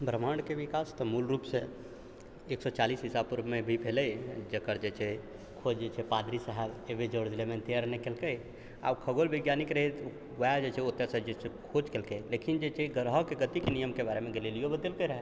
ब्रह्माण्डके विकास तऽ मूल रूपसँ एक सए चालिस ईसापूर्वमे ही भेलय जकर जे छै खोज जे छै पादरी साहब ए वी जॉर्ज लेमैत्रे केलकै आ खगोल वैज्ञानिक रहै तऽ उएह जे छै ओतयसँ जे छै खोज केलकै लेकिन जे छै ग्रहके गतिके नियमके बारेमे गैलीलियो बतेलकै रहए